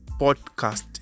podcast